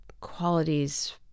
qualities